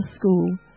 school